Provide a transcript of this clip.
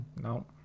No